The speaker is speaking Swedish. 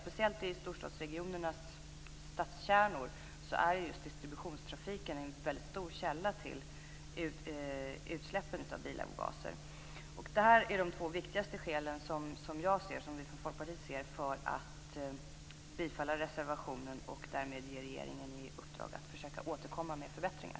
Speciellt i storstadsregionernas stadskärnor är distributionstrafiken en väldigt stor källa till utsläpp av bilavgaser. Det här är de två viktigaste skälen som vi från Folkpartiet ser för att bifalla reservationen och därmed ge regeringen i uppdrag att återkomma med förbättringar.